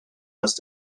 must